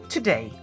Today